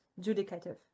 judicative